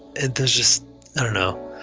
and there's just i don't know.